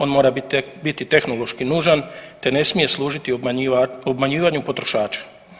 On mora biti tehnološki nužan te ne smije služiti obmanjivanju potrošača.